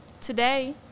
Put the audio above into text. Today